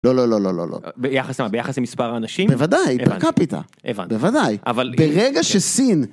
לא, לא, לא, לא, לא. -ביחס למה, ביחס למספר האנשים? -בוודאי, פר קפיטה. -הבנתי. -בוודאי, ברגע שסין...